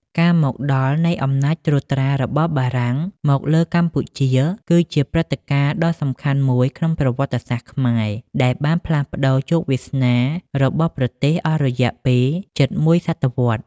ការមកដល់នៃអំណាចត្រួតត្រារបស់បារាំងមកលើកម្ពុជា គឺជាព្រឹត្តិការណ៍ដ៏សំខាន់មួយក្នុងប្រវត្តិសាស្ត្រខ្មែរ ដែលបានផ្លាស់ប្តូរជោគវាសនារបស់ប្រទេសអស់រយៈពេលជិតមួយសតវត្សរ៍។